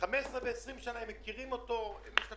אבל הדרך לפתור